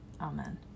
Amen